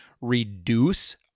reduce